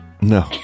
No